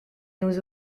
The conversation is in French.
nos